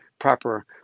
proper